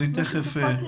סליחה,